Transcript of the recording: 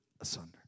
asunder